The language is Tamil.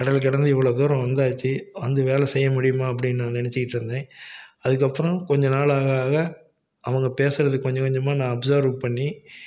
கடல் கடந்து இவ்வளோ தூரம் வந்தாச்சு வந்து வேலை செய்ய முடியுமா அப்படின்னு நான் நினச்சிட்ருந்தேன் அதுக்கப்புறம் கொஞ்சம் நாள் ஆக ஆக அவங்க பேசுறது கொஞ்சம் கொஞ்சமாக நான் அப்சர்வ் பண்ணி